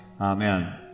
Amen